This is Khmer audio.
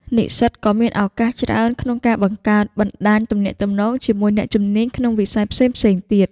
និស្សិតក៏មានឱកាសច្រើនក្នុងការបង្កើតបណ្តាញទំនាក់ទំនងជាមួយអ្នកជំនាញក្នុងវិស័យផ្សេងៗទៀត។